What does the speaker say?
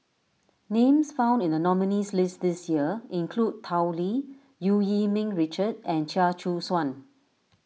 names found in the nominees' list this year include Tao Li Eu Yee Ming Richard and Chia Choo Suan